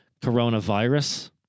coronavirus